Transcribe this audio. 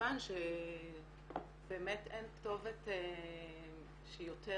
וכמובן שבאמת אין כתובת שהיא יותר